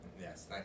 Yes